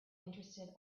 interested